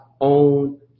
own